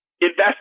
invest